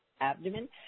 abdomen